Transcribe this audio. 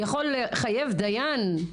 יכול לחייב דיין?